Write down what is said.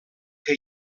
que